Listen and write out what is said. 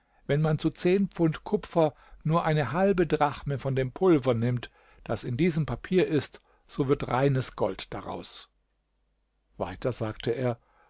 wenn man zu zehn pfund kupfer nur eine halbe drachme von dem pulver nimmt das in diesem papier ist so wird reines gold daraus weiter sagte er